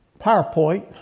PowerPoint